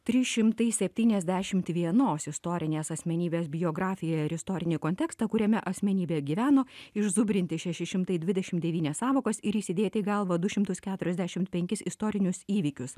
trys šimtai septyniasdešimt vienos istorinės asmenybės biografiją ir istorinį kontekstą kuriame asmenybė gyveno išzūbrinti šeši šimtai dvidešim devynias sąvokas ir įsidėt į galvą du šimtus keturiasdešimi penkis istorinius įvykius